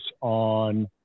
on